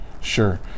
sure